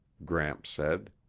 gramps said.